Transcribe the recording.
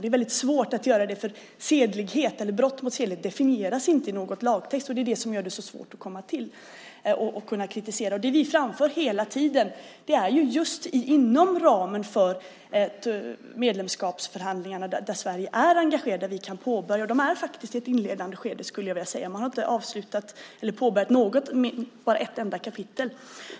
Det är väldigt svårt, för brott mot sedlighet definieras inte i någon lagtext. Det är det som gör det så svårt att kunna kritisera. Det vi framför hela tiden är just inom ramen för medlemskapsförhandlingarna, där Sverige är engagerat. De är faktiskt i ett inledande skede, skulle jag vilja säga. Man har inte avslutat eller påbörjat något, bara ett enda kapitel.